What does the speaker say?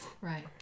right